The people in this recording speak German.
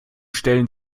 stellen